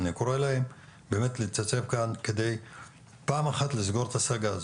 אני קורא להם באמת להתייצב כאן בכדי פעם אחת לסגור את הסאגה הזו,